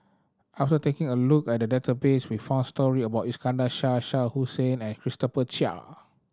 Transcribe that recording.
after taking a look at the database we found story about Iskandar Shah Shah Hussain and Christopher Chia